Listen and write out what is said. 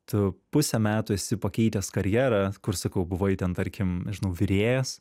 tu pusę metų esi pakeitęs karjerą kur sakau buvai ten tarkim nežinau virėjas